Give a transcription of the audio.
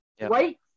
right